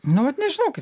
nu vat nežinau kaip